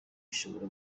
ishobora